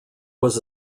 was